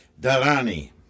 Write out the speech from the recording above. Darani